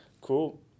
Cool